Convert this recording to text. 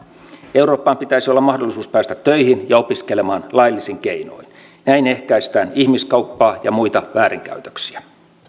eurooppaan pitäisi olla mahdollisuus päästä töihin ja opiskelemaan laillisin keinoin näin ehkäistään ihmiskauppaa ja muita väärinkäytöksiä